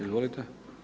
Izvolite.